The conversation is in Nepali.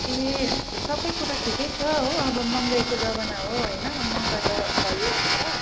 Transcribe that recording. ए सबै कुरा ठिकै छ हो अब महँगाइको जमाना हो होइन महँगाइ त भइहाल्छ